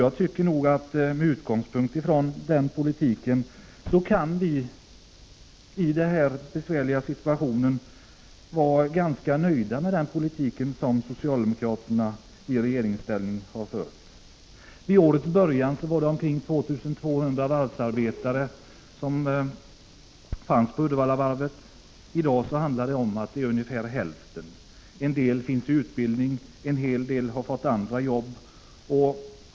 Jag tycker att vi med tanke på den besvärliga situationen kan vara ganska nöjda med den politik som socialdemokraterna har fört i regeringsställning. Vid årets början fanns det omkring 2 200 varvsarbetare vid Uddevallavarvet. I dag finns det ungefär hälften så många. En del befinner sig i utbildning, en hel del har fått andra jobb.